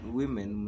women